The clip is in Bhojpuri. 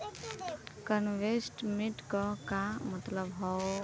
इन्वेस्टमेंट क का मतलब हो ला?